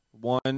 one